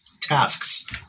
tasks